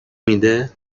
میده